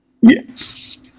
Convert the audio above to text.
Yes